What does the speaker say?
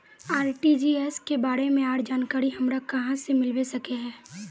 RTGS के बारे में आर जानकारी हमरा कहाँ से मिलबे सके है?